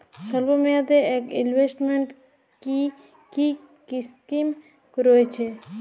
স্বল্পমেয়াদে এ ইনভেস্টমেন্ট কি কী স্কীম রয়েছে?